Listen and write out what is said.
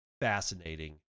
fascinating